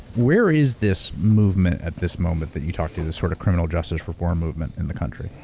where is this movement at this moment that you talked to? the sort of, criminal justice reform movement in the country.